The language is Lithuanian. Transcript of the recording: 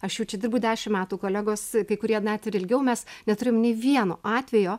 aš jau čia dirbu dešimt metų kolegos kai kurie net ir ilgiau mes neturim nei vieno atvejo